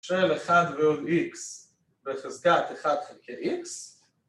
‫של 1 ועוד איקס בחזקת 1 חלקי איקס.